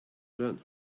learn